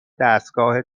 دستگاه